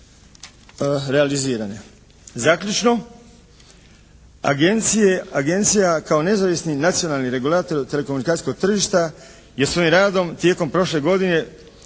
realizirane. Zaključno. Agencija kao nezavisni nacionalni regulator telekomunikacijskog tržišta je svojim radom tijekom prošle godine